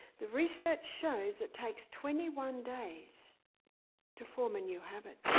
the research shows it takes twenty one days to form a new habit.